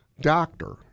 doctor